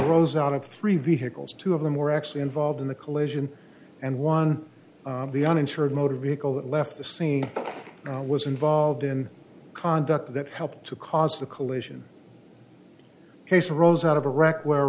grows out of three vehicles two of them were actually involved in the collision and one of the uninsured motor vehicle that left the scene was involved in conduct that helped to cause the collision case rolls out of a wreck where